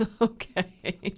Okay